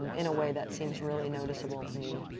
in a way that seems really noticeable to me.